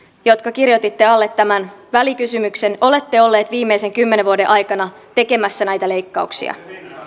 jotka kirjoititte alle tämän välikysymyksen olette olleet viimeisen kymmenen vuoden aikana tekemässä näitä leikkauksia